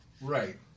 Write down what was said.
Right